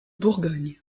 bourgogne